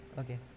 okay